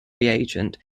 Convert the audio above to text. reagent